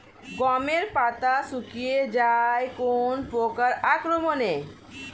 গমের পাতা শুকিয়ে যায় কোন পোকার আক্রমনে?